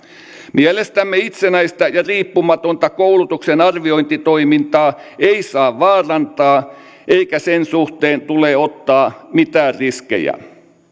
mielestämme itsenäistä ja riippumatonta koulutuksen arviointitoimintaa ei saa vaarantaa eikä sen suhteen tule ottaa mitään riskejä